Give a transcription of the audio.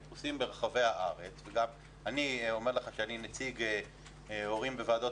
פרושים ברחבי הארץ אני אומר לך שאני נציג הורים בוועדות.